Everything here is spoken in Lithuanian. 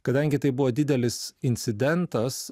kadangi tai buvo didelis incidentas